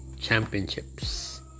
championships